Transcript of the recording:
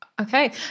Okay